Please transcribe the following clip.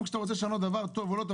גם כשאתה רוצה לשנות דבר טוב או לא טוב,